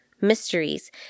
Mysteries